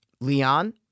Leon